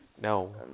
No